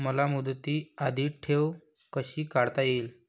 मला मुदती आधी ठेव कशी काढता येईल?